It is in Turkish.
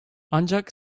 ancak